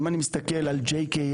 אם אני מסתכל על JKM,